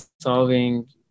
solving